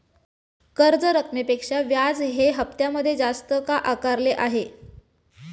कर्ज रकमेपेक्षा व्याज हे हप्त्यामध्ये जास्त का आकारले आहे?